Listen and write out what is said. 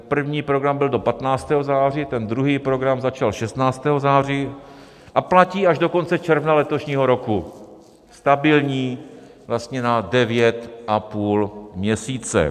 První program byl do 15. září, druhý program začal 16. září a platí až do konce června letošního roku, stabilní na devět a půl měsíce.